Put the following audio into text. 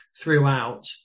throughout